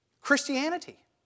Christianity